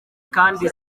kandi